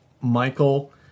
Michael